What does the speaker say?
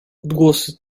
odgłosy